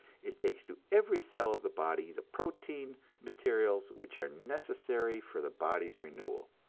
it takes to every cell of the body the protein materials which are necessary for the body's renewal,